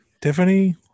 Tiffany